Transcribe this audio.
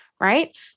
Right